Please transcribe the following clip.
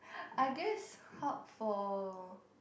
I guess hub for